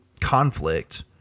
conflict